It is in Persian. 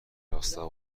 راستا